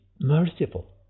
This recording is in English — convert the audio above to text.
merciful